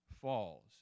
falls